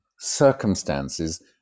circumstances